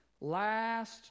Last